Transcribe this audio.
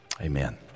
Amen